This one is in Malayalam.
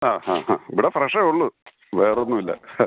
ആ ഹാ ഹാ ഇവിടെ ഫ്രഷേ ഉള്ളൂ വേറെ ഒന്നും ഇല്ല